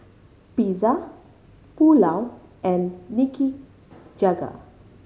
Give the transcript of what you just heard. Pizza Pulao and Nikujaga